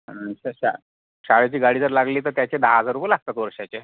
आणि तशा शाळेची गाडी जर लागली तर त्याचे दहा हजार रुपये लागतात वर्षाचे